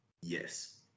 yes